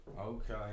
Okay